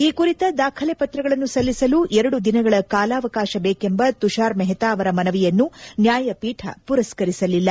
ಈ ಕುರಿತ ದಾಖಲೆ ಪತ್ರಗಳನ್ನು ಸಲ್ಲಿಸಲು ಎರಡು ದಿನಗಳ ಕಾಲಾವಕಾಶ ಬೇಕೆಂಬ ತುಷಾರ್ ಮೆಷ್ತಾ ಅವರ ಮನವಿಯನ್ನು ನ್ಯಾಯಪೀಠ ಮರಸ್ಕರಿಸಲಿಲ್ಲ